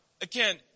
again